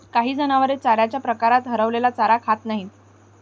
काही जनावरे चाऱ्याच्या प्रकारात हरवलेला चारा खात नाहीत